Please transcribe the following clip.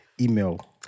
email